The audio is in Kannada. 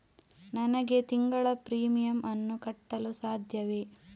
ನನಗೆ ತಿಂಗಳ ಪ್ರೀಮಿಯಮ್ ಅನ್ನು ಕಟ್ಟಲು ಸಾಧ್ಯವೇ?